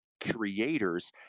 creators